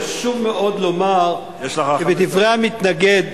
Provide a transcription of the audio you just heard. חשוב מאוד לומר כי בדברי המתנגד,